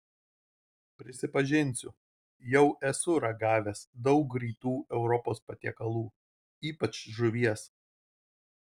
prisipažinsiu jau esu ragavęs daug rytų europos patiekalų ypač žuvies